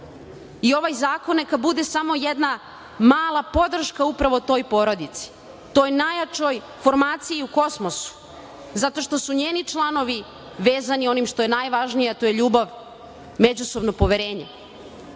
ovaj zakon neka bude samo jedna mala podrška upravo toj porodici, toj najjačoj formaciji u kosmosu, zato što su njeni članovi vezani onim što je najvažnije, a to je ljubav, međusobno poverenje